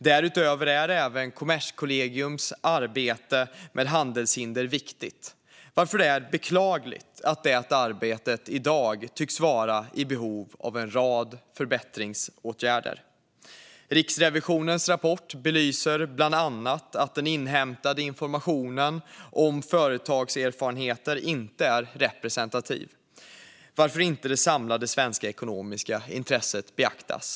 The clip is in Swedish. Därutöver är även Kommerskollegiums arbete med handelshinder viktigt, varför det är beklagligt att det arbetet i dag tycks vara i behov av en rad förbättringsåtgärder. Riksrevisionens rapport belyser bland annat att den inhämtade informationen om företagserfarenheter inte är representativ, varför inte det samlade svenska ekonomiska intresset beaktas.